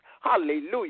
Hallelujah